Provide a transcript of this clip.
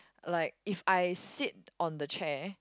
like if I sit on the chair